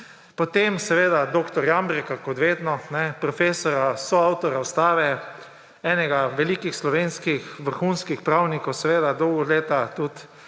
Potem seveda dr. Jambreka kot vedno, profesorja, soavtorja Ustave, enega velikih slovenskih, vrhunskih pravnikov, seveda dolga leta tudi